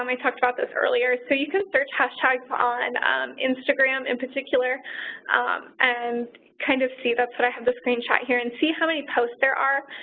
um i talked about this earlier. so, you can search hashtags on instagram in particular and kind of see, that's what i have the screenshot here, and see how many posts there are.